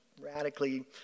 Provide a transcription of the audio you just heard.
radically